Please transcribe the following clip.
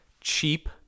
cheap